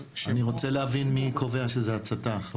--- אני רוצה להבין מי קובע שזה הצתה.